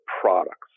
products